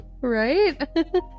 right